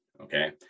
Okay